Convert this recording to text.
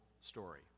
story